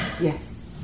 Yes